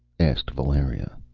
asked valeria.